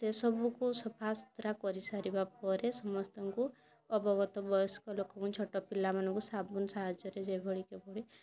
ସେ ସବୁକୁ ସଫାସୁତୁରା କରି ସାରିବା ପରେ ସମସ୍ତଙ୍କୁ ଅବଗତ ବୟସ୍କ ଲୋକ ଛୋଟ ପିଲାମାନଙ୍କୁ ସାବୁନ୍ ସାହାଯ୍ୟରେ ଯେଭଳି